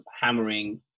hammering